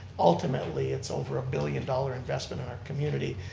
ultimately, it's over a billion dollar investment in our community,